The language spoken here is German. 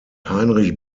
heinrich